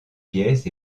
pièces